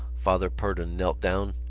father purdon knelt down,